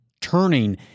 turning